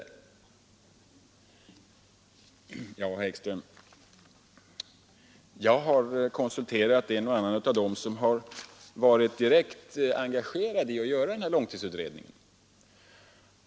Jag har konsulterat en och annan av dem som har varit direkt engagerade i att göra långtidsutredningen, herr Ekström.